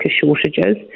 shortages